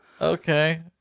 Okay